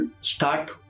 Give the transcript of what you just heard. start